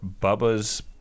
Bubba's